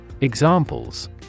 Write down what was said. Examples